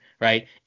right